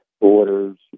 orders